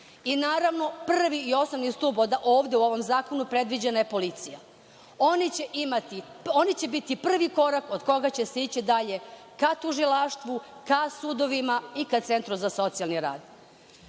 Naravno, prvi i osnovni stup ovde u ovom zakonu predviđena je policija. Oni će biti prvi korak od koga će se ići dalje ka tužilaštvu, ka sudovima i ka centru za socijalni